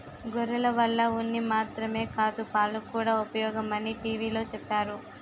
గొర్రెల వల్ల ఉన్ని మాత్రమే కాదు పాలుకూడా ఉపయోగమని టీ.వి లో చెప్పేరు